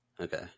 Okay